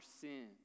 sin